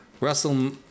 Russell